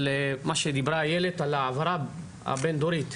על מה שדיברה איילת, על ההעברה הבין דורית.